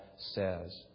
says